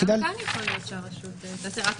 גם כאן יכול להיות שהרשות תוציא את זה למכרז חיצוני.